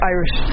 Irish